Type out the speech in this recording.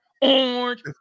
orange